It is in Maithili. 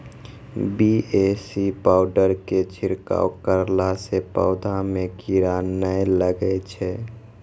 बी.ए.सी पाउडर के छिड़काव करला से पौधा मे कीड़ा नैय लागै छै?